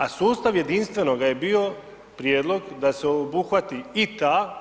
A sustav jedinstvenoga je bio prijedlog da se obuhvati i ta